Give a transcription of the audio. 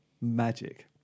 magic